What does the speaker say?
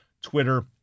Twitter